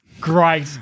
Great